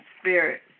spirit